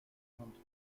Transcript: trente